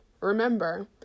remember